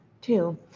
Two